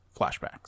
flashbacks